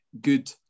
good